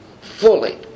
fully